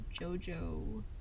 Jojo